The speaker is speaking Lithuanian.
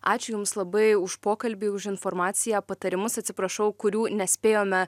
ačiū jums labai už pokalbį už informaciją patarimus atsiprašau kurių nespėjome